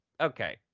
Okay